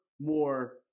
more